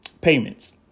payments